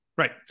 Right